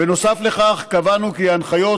בנוסף לכך, קבענו כי ההנחיות